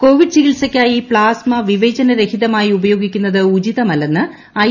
R Covid ചികിൽസക്കായി plasma വിവേചനരഹിതമായി ഉപയോഗിക്കുന്നത് ഉചിതമല്ലെന്ന് ഐ